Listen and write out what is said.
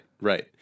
right